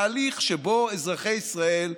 תהליך שבו אזרחי ישראל,